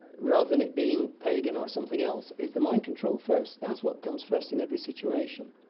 rather than it being pagan or something else, is the mind control first. that's what comes first in every situation.